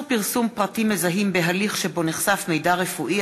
פרסום פרטים מזהים בהליך שבו נחשף מידע רפואי),